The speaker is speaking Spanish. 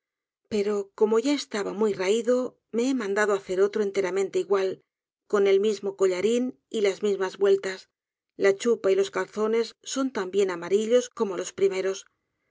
pero como ya estaba muy raido me he mandado hacer otro enteramente igual con el mismo collarín y las mismas vueltas la chupa y los calzones son también amarillos como los primeros